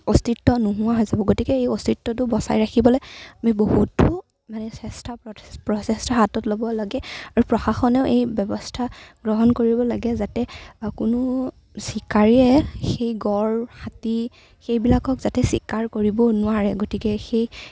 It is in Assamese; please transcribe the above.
অস্তিত্ব নোহোৱা হৈ যাব গতিকে এই অস্তিত্ৱটো বচাই ৰাখিবলৈ আমি বহুতো মানে চেষ্টা প্ৰচেষ্টা হাতত ল'ব লাগে আৰু প্ৰশাসনেও এই ব্যৱস্থা গ্ৰহণ কৰিব লাগে যাতে কোনো চিকাৰীয়ে সেই গড় হাতী সেইবিলাকক যাতে চিকাৰ কৰিব নোৱাৰে গতিকে সেই